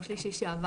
ביום שלישי שעבר,